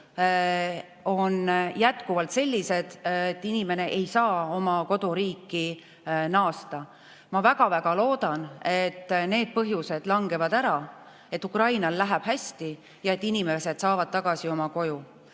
Ma väga-väga loodan, et need põhjused langevad ära, et Ukrainal läheb hästi ja inimesed saavad tagasi oma koju